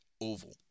oval